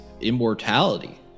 immortality